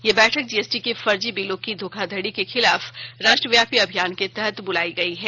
यह बैठक जीएसटी के फर्जी बिलों की धोखाधड़ी के खिलाफ राष्ट्रव्यापी अभियान के तहत बुलाई गई है